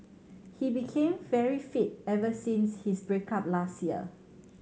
he became very fit ever since his break up last year